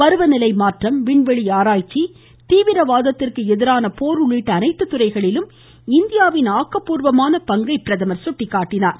பருவநிலை மாற்றம் விண்வெளி ஆராய்ச்சி தீவிரவாதத்திற்கு எதிரான போர் உள்ளிட்ட அனைத்து துறைகளிலும் இந்தியாவின் ஆக்கப்பூர்வமான பங்கை பிரதமர் சுட்டிக்காட்டினார்